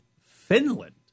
Finland